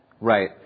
Right